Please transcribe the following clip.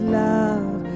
love